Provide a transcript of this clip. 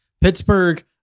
Pittsburgh